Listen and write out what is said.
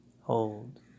hold